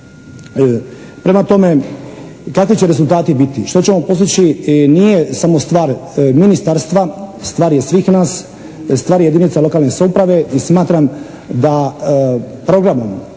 Prema tome, kakvi će rezultati biti, što ćemo postići nije samo stvar ministarstva, stvar je svih nas, stvar je jedinica lokalne samouprave i smatram da program